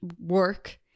work